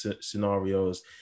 scenarios